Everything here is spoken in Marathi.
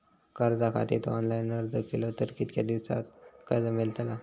कर्जा खातीत ऑनलाईन अर्ज केलो तर कितक्या दिवसात कर्ज मेलतला?